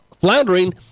floundering